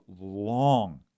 long